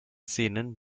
szenen